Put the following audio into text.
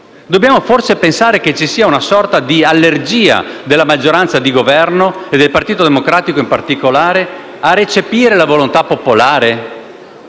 Dobbiamo forse pensare che ci sia una sorta di allergia della maggioranza di Governo - e del Partito Democratico, in particolare - a recepire la volontà popolare?